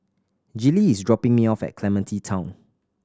Gillie is dropping me off at Clementi Town